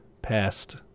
Passed